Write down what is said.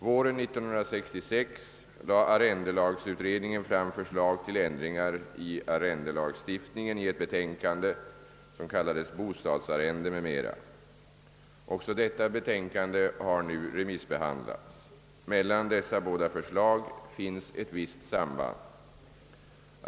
Våren 1966 lade arrendelagsutredningen fram förslag till ändringar i arrendelagstiftningen i ett betänkande, »Bostadsarrende m.m.». Även detta betänkande har nu remissbehandlats. Mellan dessa båda förslag finns ett visst samband.